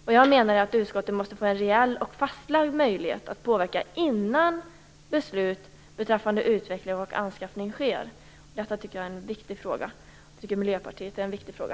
utskottet tycker. Jag menar att utskottet måste få en reell och fastlagd möjlighet att påverka innan beslut beträffande utveckling och anskaffning fattas. Detta tycker jag och Miljöpartiet är en viktig fråga.